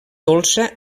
dolça